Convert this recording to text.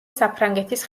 საფრანგეთის